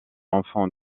enfant